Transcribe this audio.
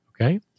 Okay